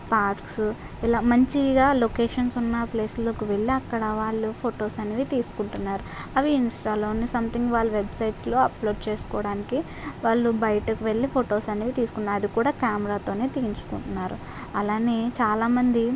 parks ఇలా మంచిగా locations ఉన్న ప్లేసుల్లోకి వెళ్ళి అక్కడ వాళ్ళు ఫొటోస్ అనేవి తీసుకుంటున్నారు అవి ఇన్స్టాలోను సంతింగ్ వాళ్ళ వెబ్సైట్స్లో అప్లోడ్ చేసుకోడానికి వాళ్ళు బయటకు వెళ్ళి ఫొటోస్ అని తీసుకున్న అది కూడా కెమెరాతోనే తీయించుకుంటున్నారు అలానే చాలా మంది